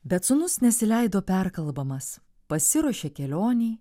bet sūnus nesileido perkalbamas pasiruošė kelionei